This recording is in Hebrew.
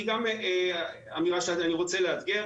היא גם אמירה שאני רוצה לאתגר,